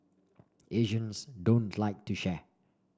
Asians don't like to share